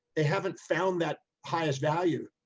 they haven't found that highest value.